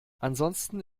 ansonsten